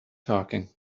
talking